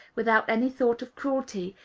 without any thought of cruelty,